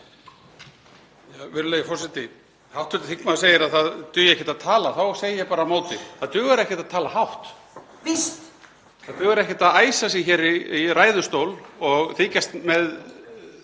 Virðulegi forseti. Þegar hv. þingmaður segir að það dugi ekkert að tala þá segi ég bara á móti: Það dugar ekkert að tala hátt. (IngS: Víst.) Það dugar ekkert að æsa sig hér í ræðustól og þykjast með